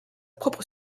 propre